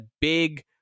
big